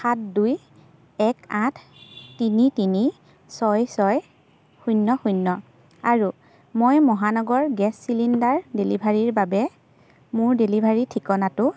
সাত দুই এক আঠ তিনি তিনি ছয় ছয় শূন্য শূন্য আৰু মই মহানগৰ গেছ চিলিণ্ডাৰ ডেলিভাৰীৰ বাবে মোৰ ডেলিভাৰী ঠিকনাটো